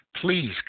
please